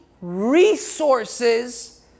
resources